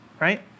right